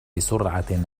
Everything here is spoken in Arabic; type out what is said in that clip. بسرعة